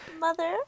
Mother